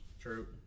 true